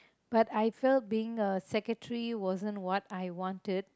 but I felt being a secretary wasn't what I wanted